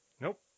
nope